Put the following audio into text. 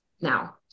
now